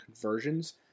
conversions